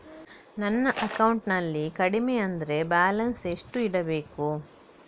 ನನ್ನ ಅಕೌಂಟಿನಲ್ಲಿ ಕಡಿಮೆ ಅಂದ್ರೆ ಬ್ಯಾಲೆನ್ಸ್ ಎಷ್ಟು ಇಡಬೇಕು?